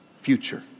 future